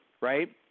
right